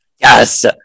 Yes